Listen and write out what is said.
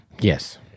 Yes